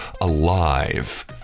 alive